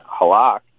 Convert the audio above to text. Halak